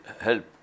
help